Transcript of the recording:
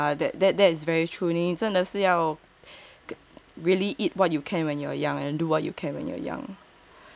yeah that that that's very true 真的是要 really eat what you can when you're young and do what you can when you're young